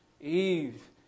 Eve